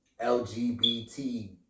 LGBT